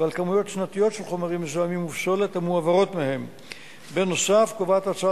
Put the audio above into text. לצורך טיפול בהם, 2. יצירת מאגר